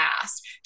past